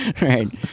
right